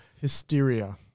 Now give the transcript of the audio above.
Hysteria